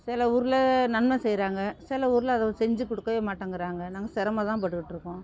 சில ஊரில் நன்மை செய்கிறாங்க சில ஊரில் அதை செஞ்சி கொடுக்கவே மாட்டங்கிறாங்க நாங்கள் சிரமம் தான் பட்டுட்டுருக்கோம்